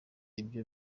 ibyo